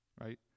Right